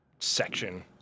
Section